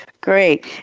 Great